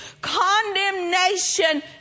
Condemnation